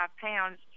pounds